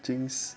jinx